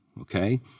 okay